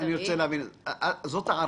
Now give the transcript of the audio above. זאת הערכתך.